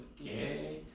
okay